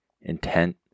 intent